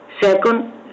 Second